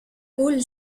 houle